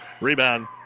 Rebound